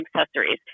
accessories